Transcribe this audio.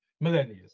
millennia